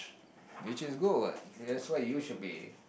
which is good what that's why you should be